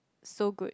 so good